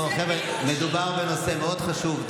חבר'ה, מדובר בנושא חשוב מאוד.